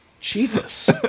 Jesus